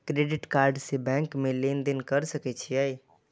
Credit card से bank में लेन देन कर सके छीये?